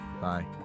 bye